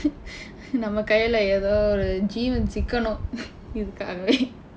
நம்ம கையில ஏதோ ஒரு ஜீவன் சிக்கனும் இதுக்காகவே:namma kaiyila oru jiivan sikkanum ithukkaakavee